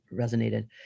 resonated